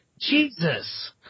Jesus